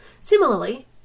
Similarly